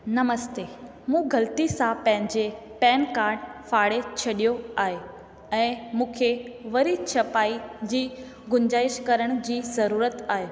नमस्ते मूं ग़लती सां पंहिंजे पैन कार्ड फाड़े छॾियो आहे ऐं मूंखे वरी छपाई जी गुंजाईश करण जी ज़रुरत आहे